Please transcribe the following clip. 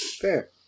Fair